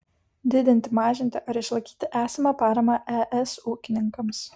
didinti mažinti ar išlaikyti esamą paramą es ūkininkams